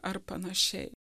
ar panašiai